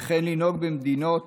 וכן לנהוג במדינות